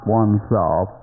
oneself